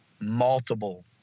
Multiple